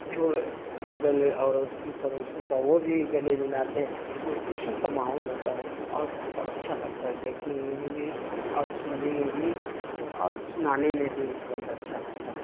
جو بغل اڑوسی پڑوسی کا وہ بھی گلے ملاتے ہیں اس میں خوشی کا ماحول ہوتا ہے اور خوب اچھا لگتا ہے دیکھنے میں بھی بھی اور سننے میں بھی اور سنانے میں بھی بہت اچھا لگتا ہے